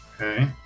Okay